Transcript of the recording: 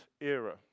era